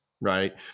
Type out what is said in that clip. right